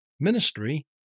ministry